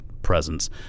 Presence